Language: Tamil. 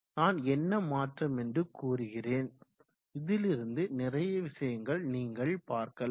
நான் என்ன மாற்றம் என்று கூறுகிறேன் இதிலிருந்து நிறைய விஷயங்கள் நீங்கள் பார்க்கலாம்